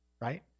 right